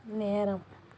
நேரம்